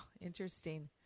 Interesting